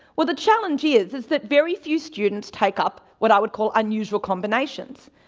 well the challenge is is that very few students take up what i would call unusual combinations.